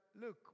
look